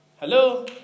Hello